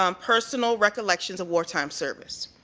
um personal recollections of wartime service.